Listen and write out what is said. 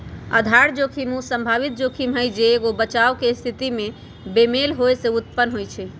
आधार जोखिम उ संभावित जोखिम हइ जे एगो बचाव के स्थिति में बेमेल होय से उत्पन्न होइ छइ